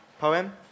poem